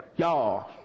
y'all